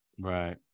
Right